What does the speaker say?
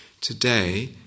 today